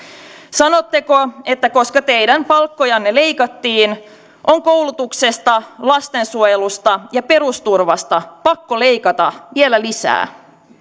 sanotteko että koska teidän palkkojanne leikattiin on koulutuksesta lastensuojelusta ja perusturvasta pakko leikata vielä lisää